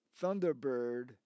Thunderbird